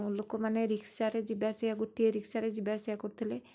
ଲୁକମାନେ ରିକ୍ସାରେ ଯିବା ଆସିବା ଗୁଟିଏ ରିକ୍ସାରେ ଯିବା ଆସିବା କରୁଥିଲେ